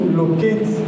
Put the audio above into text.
locate